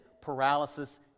paralysis